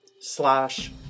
slash